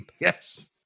Yes